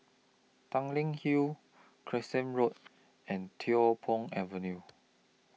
Tanglin Hill Carlisle Road and Tiong Poh Avenue